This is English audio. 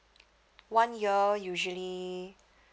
one year usually